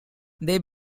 they